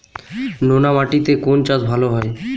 নোনা মাটিতে কোন চাষ ভালো হয়?